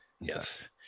Yes